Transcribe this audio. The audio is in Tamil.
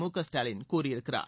முகஸ்டாலின் கூறியிருக்கிறார்